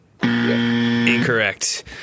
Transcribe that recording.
Incorrect